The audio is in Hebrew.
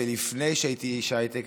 ולפני שהייתי איש הייטק,